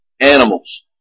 animals